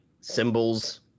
symbols